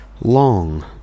Long